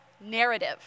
narrative